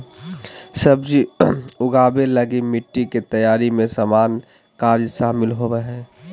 सब्जी उगाबे लगी मिटटी के तैयारी में सामान्य कार्य शामिल होबो हइ